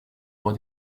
pour